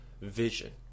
vision